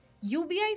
UBI